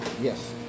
Yes